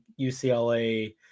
UCLA